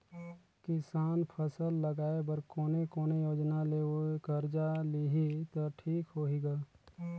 किसान फसल लगाय बर कोने कोने योजना ले कर्जा लिही त ठीक होही ग?